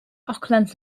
oakland